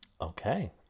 Okay